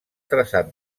traçat